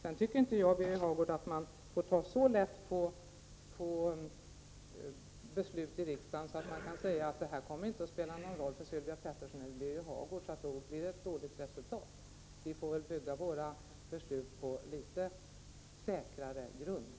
Birger Hagård, jag tycker inte att man får ta så lätt på beslut i riksdagen att man säger att det blir ett dåligt resultat, eftersom det inte kommer att spela någon roll för Sylvia Pettersson eller Birger Hagård. Vi får väl bygga våra beslut på litet säkrare grund.